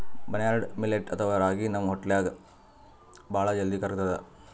barnyard millet ಅಥವಾ ರಾಗಿ ನಮ್ ಹೊಟ್ಟ್ಯಾಗ್ ಭಾಳ್ ಜಲ್ದಿ ಕರ್ಗತದ್